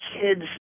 kids